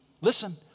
listen